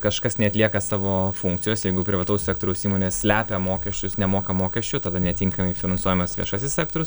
kažkas neatlieka savo funkcijos jeigu privataus sektoriaus įmonės slepia mokesčius nemoka mokesčių tada netinkamai finansuojamas viešasis sektorius